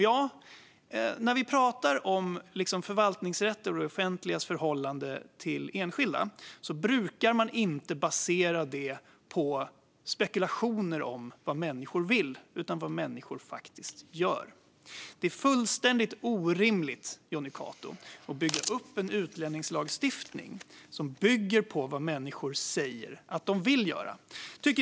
Ja, men när vi pratar om förvaltningsrätt och det offentligas förhållande till enskilda brukar man inte basera det på spekulationer om vad människor vill utan vad människor faktiskt gör. Det är fullständigt orimligt, Jonny Cato, att bygga en utlänningslagstiftning som grundar sig på vad människor säger att de vill göra.